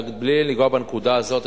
בלי לנגוע בנקודה הזאת,